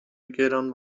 گران